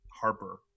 Harper